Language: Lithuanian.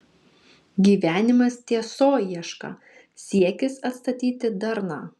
gyvenimas tiesoieška siekis atstatyti darną